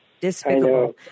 Despicable